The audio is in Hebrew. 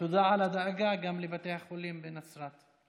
ותודה על הדאגה גם לבתי החולים בנצרת.